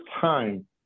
time